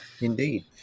Indeed